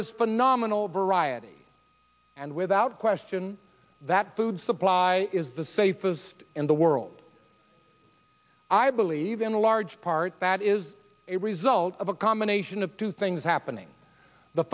is phenomenal variety and without question that food supply is the safest in the world i believe in large part that is a result of a combination of two things happening the